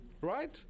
right